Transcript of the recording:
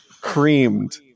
creamed